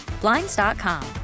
Blinds.com